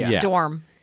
dorm